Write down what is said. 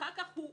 אחר כך הוא